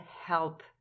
HELP